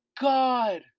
God